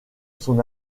son